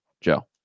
Joe